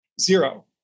Zero